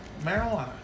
marijuana